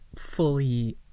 fully